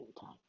time